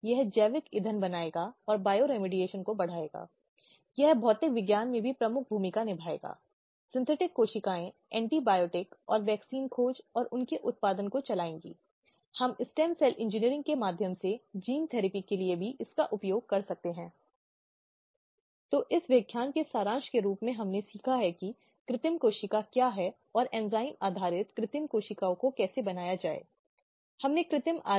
घरेलू हिंसा अधिनियम 2005 से महिलाओं की सुरक्षा एक विशिष्ट नागरिक कानून जो महिलाओं के हितों की देखभाल करने के लिए लाया गया है और एक जो हमने पिछले व्याख्यानों में देखा है महिलाओं का यौन उत्पीड़न निषेध और निवारण अधिनियम 2013